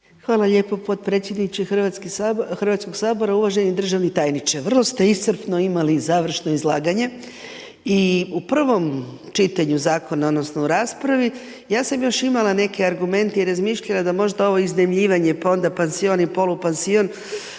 Hvala lijepo podpredsjedniče HS, uvaženi državni tajniče. Vrlo ste iscrpno imali završno izlaganje i u prvom čitanju zakona odnosno raspravi ja sam još imala neke argumente i razmišljala da možda ovo iznajmljivanje, pa onda pansion i polupansion,